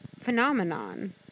Phenomenon